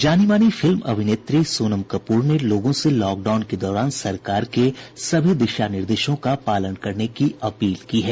जानी मानी फिल्म अभिनेत्री सोनम कपूर ने लोगों से लॉकडाउन के दौरान सरकार के सभी दिशा निर्देशों का पालन करने की अपील की है